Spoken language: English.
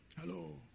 Hello